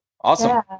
Awesome